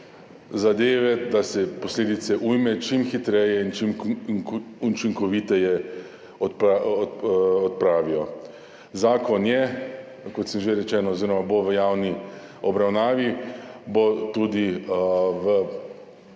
s ciljem, da se posledice ujme čim hitreje in čim učinkoviteje odpravijo. Zakon je, kot že rečeno, oziroma bo v javni obravnavi, poslan bo tudi v